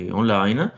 online